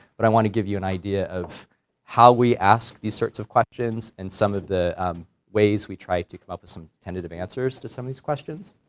but i want to give you an idea of how we ask these sorts of questions and some of the ways we try to come up with some tentative answers to some of these questions,